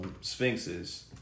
sphinxes